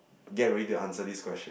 get ready to answer this question